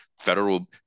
Federal